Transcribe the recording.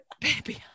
Baby